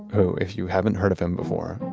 who, if you haven't heard of him before,